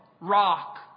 rock